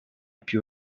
più